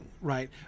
right